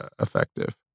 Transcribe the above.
effective